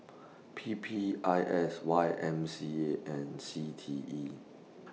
P P I S Y M C A and C T E